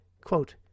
Quote